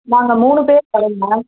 நாங்கள் மூணு பேர் வரோம் மேம்